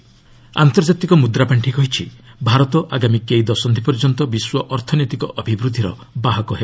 IMF India ଆନ୍ତର୍ଜାତିକ ମୁଦ୍ରାପାଣ୍ଡି କହିଛି ଭାରତ ଆଗାମୀ କେଇ ଦଶନ୍ଧି ପର୍ଯ୍ୟନ୍ତ ବିଶ୍ୱ ଅର୍ଥନୈତିକ ଅଭିବୃଦ୍ଧିର ବାହକ ହେବ